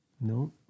No